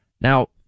Now